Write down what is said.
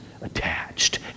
attached